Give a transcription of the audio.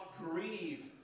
grieve